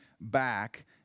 back